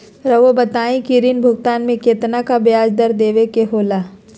रहुआ बताइं कि ऋण भुगतान में कितना का ब्याज दर देवें के होला?